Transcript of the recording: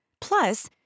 Plus